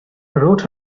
wrote